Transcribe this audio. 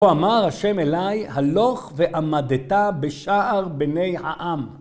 הוא אמר השם אליי הלוך ועמדת בשער בני העם